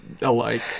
alike